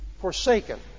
forsaken